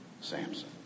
Samson